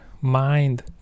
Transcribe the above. mind